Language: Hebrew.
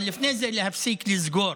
אבל לפני זה להפסיק לסגור,